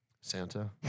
Santa